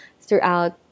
throughout